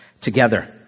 together